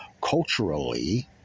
Culturally